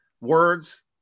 words